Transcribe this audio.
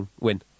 win